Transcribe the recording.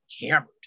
hammered